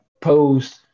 posed